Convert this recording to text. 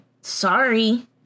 Sorry